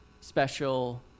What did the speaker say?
special